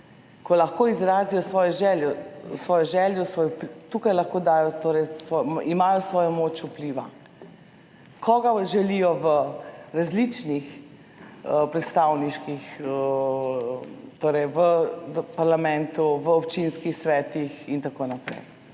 ko lahko izrazijo svojo željo, tukaj imajo svojo moč vpliva, koga želijo v različnih predstavniških, torej v parlamentu, v občinskih svetih in tako naprej.